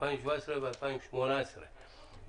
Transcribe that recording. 2017 ו-2018).